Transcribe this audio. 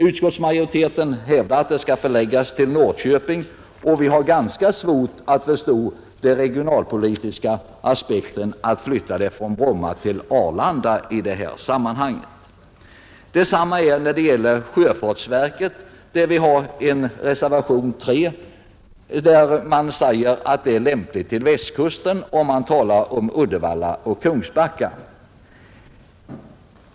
Utskottsmajoriteten hävdar att verket skall förläggas till Norrköping, och vi har ganska svårt att förstå den regionalpolitiska aspekten när man vill flytta luftfartsverket från Bromma till Arlanda. I reservationen 3 sägs att det är lämpligt att sjöfartsverket flyttas till Västkusten, och man nämner Uddevalla och Kungsbacka.